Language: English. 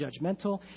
judgmental